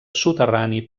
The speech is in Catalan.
soterrani